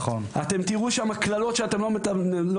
אתם תראו שם קללות שאתם לא מדמיינים.